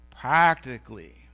Practically